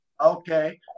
Okay